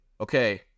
okay